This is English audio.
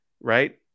right